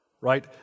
right